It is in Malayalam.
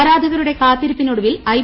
ആരാധകരുടെ കാത്തിരിപ്പിനൊടുവിൽ ഐ